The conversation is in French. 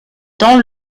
dans